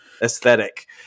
aesthetic